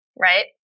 right